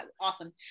awesome